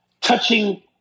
Touching